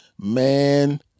man